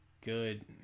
good